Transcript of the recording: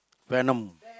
Venom